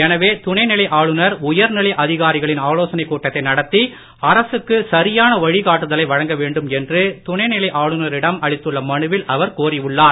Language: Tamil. எனவே துணை நிலை ஆளுநர் உயர்நிலை அதிகாரிகளின் ஆலோசனை கூட்டத்தை நடத்தி அரசுக்கு சரியான வழிகாட்டுதலை வழங்க வேண்டும் என்று துணை நிலை ஆளுநரிடம் அளித்துள்ள மனுவில் அவர் கோரி உள்ளார்